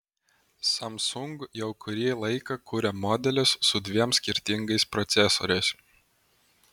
samsung jau kurį laiką kuria modelius su dviem skirtingais procesoriais